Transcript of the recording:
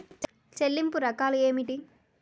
చెల్లింపు రకాలు ఏమిటి?